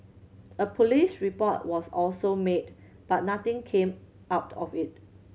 a police report was also made but nothing came out of it